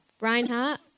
Reinhardt